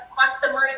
customer